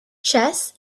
chess